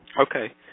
Okay